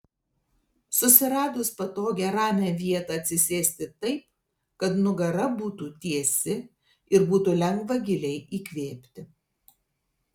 susiradus patogią ramią vietą atsisėsti taip kad nugara būtų tiesi ir būtų lengva giliai įkvėpti